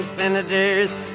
Senators